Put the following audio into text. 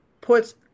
puts